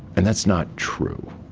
and that's not true.